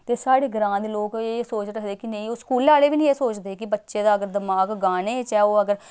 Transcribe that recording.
ते साढ़े ग्रांऽ दे लोक एह् सोच रखदे कि नेईं ओह् स्कूलै आह्ले बी नेईं एह् सोचदे कि बच्चे दा अगर दमाग गाने च ऐ ओह् अगर